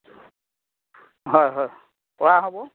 হয় হয় কৰা হ'ব